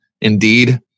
indeed